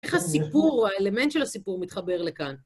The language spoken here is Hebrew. איך הסיפור, האלמנט של הסיפור מתחבר לכאן?